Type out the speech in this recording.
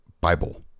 Bible